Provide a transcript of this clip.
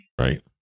right